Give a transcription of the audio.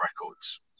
records